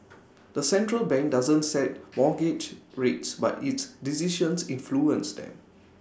the central bank doesn't set mortgage rates but its decisions influence them